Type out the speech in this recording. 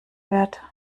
wert